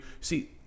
See